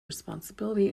responsibility